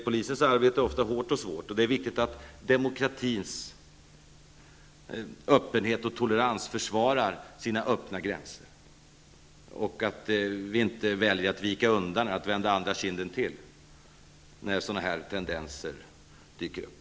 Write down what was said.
Polisens arbete är ofta hårt och svårt, och det är viktigt att den öppna och toleranta demokratin försvarar sina gränser, att vi inte väljer att vika undan, vända andra kinden till, när sådana här tendenser dyker upp.